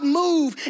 move